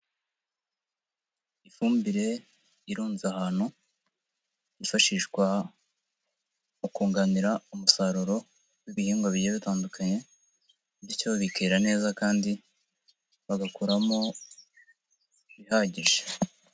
Ifumbire irunze ahantu hifashishwa mu kunganira umusaruro w'ibihingwa bigiye bitandukanye, bityo bikera neza kandi bagakoramo ibihagije.